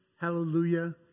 hallelujah